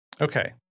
Okay